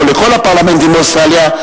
או לכל הפרלמנטים באוסטרליה,